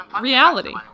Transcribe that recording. reality